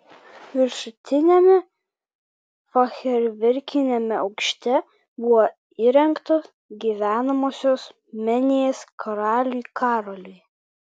viršutiniame fachverkiniame aukšte buvo įrengtos gyvenamosios menės karaliui karoliui